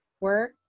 work